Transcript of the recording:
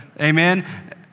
Amen